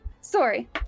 Sorry